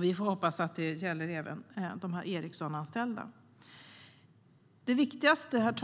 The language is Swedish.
Vi får hoppas att det gäller även de Ericssonanställda.Det viktigaste